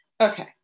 Okay